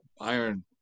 iron